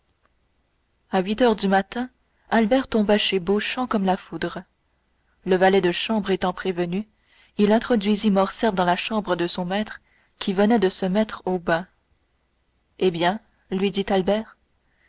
à huit heures du matin albert tomba chez beauchamp comme la foudre le valet de chambre étant prévenu il introduisit morcerf dans la chambre de son maître qui venait de se mettre au bain eh bien lui dit albert